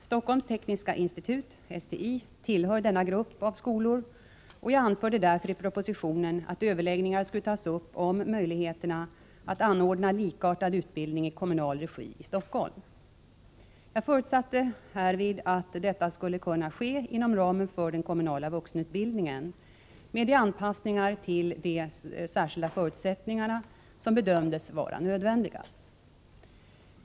Stockholms tekniska institut tillhör denna grupp av skolor, och jag anförde därför i propositionen att överläggningar skulle tas upp om möjligheterna att anordna likartad utbildning i kommunal regi i Stockholm. Jag förutsatte härvid att detta skulle kunna ske inom ramen för den kommunala vuxenutbildningen med de anpassningar till de särskilda förutsättningar som bedömdes vara nödvändiga.